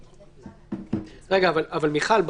מיכל,